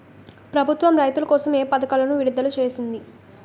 ప్రభుత్వం రైతుల కోసం ఏ పథకాలను విడుదల చేసింది?